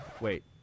Wait